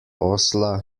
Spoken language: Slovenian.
osla